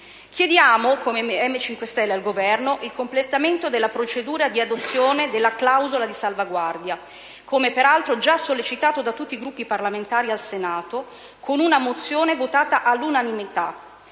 Chiediamo, come Movimento 5 Stelle, al Governo il completamento della procedura di adozione della clausola di salvaguardia, come peraltro già sollecitato da tutti i Gruppi parlamentari al Senato con una mozione votata all'unanimità